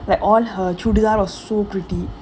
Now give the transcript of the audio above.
like all her churidar was so pretty